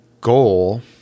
goal